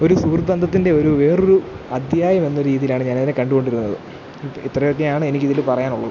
ഒരു സുഹൃദ് ബന്ധത്തിൻ്റെ ഒരു വേറൊരു അധ്യായം എന്ന രീതിയിലാണ് ഞാനതിനെ കണ്ടു കൊണ്ടിരുന്നത് ഇ ഇത്രയൊക്കെയാണ് എനിക്കിതില് പറയാനുള്ളത്